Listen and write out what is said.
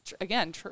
again